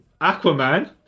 aquaman